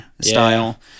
style